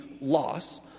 loss